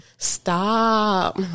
Stop